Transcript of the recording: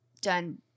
done